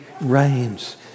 reigns